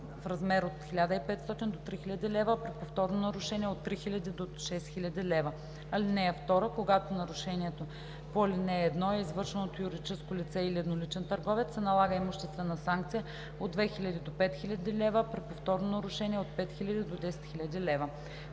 в размер от 1500 до 3000 лв., а при повторно нарушение – от 3000 до 6000 лв. (2) Когато нарушението по ал. 1 е извършено от юридическо лице или едноличен търговец, се налага имуществена санкция от 2000 до 5000 лв., а при повторно нарушение – от 5000 до 10 000 лв.“